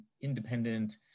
independent